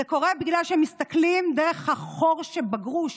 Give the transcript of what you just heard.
זה קורה בגלל שהם מסתכלים על החור שבגרוש,